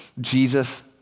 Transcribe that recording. Jesus